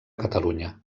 catalunya